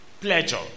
pleasure